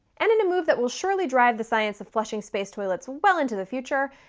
and in a move that will surely drive the science of flushing space toilets well into the future,